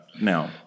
now